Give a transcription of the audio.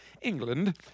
England